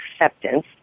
acceptance